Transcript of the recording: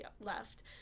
left